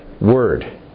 word